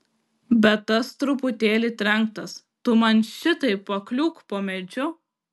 bet tas truputėlį trenktas tu man šitaip pakliūk po medžiu